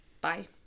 bye